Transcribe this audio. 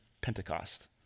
Pentecost